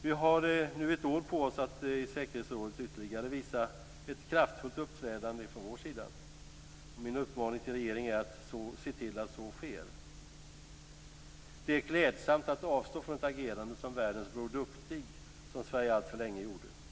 Vi har nu ett år på oss att i säkerhetsrådet ytterligare visa ett kraftfullt uppträdande från vår sida. Min uppmaning till regeringen är att se till att så sker. Det är klädsamt att avstå från ett agerande som världens Bror Duktig, som Sverige alltför länge gjorde.